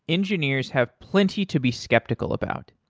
engineers have plenty to be skeptical about.